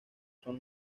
son